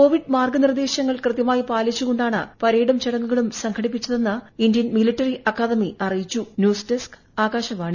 Covid മാർഗ്ഗ പ്പൂർത്തിർദ്ദേശങ്ങൾ കൃത്യമായി പാലിച്ചുകൊണ്ടാണ് പരേഡും ചട്ടങ്ടുക്ളും സംഘടിപ്പിച്ചതെന്ന് ഇന്ത്യൻ മിലിറ്ററി അക്കാദമി അറിയ്കിച്ചു് ന്യൂസ് ഡെസ്ക് ആകാശവാണി